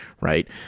right